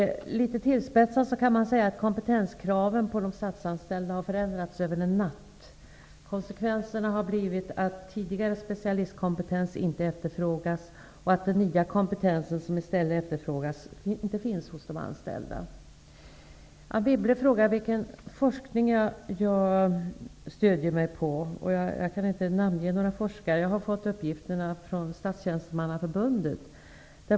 Litet tillspetsat kan man säga att kompetenskraven för de statsanställda har förändrats över en natt. Konsekvenserna har blivit att specialistkompetens inte längre efterfrågas och att den nya kompetens som efterfrågas i stället inte finns hos de anställda. Anne Wibble frågar vilken forskning jag stöder mig på. Jag kan inte namnge några forskare. Jag har fått uppgifterna från Statstjänstemannaförbundet.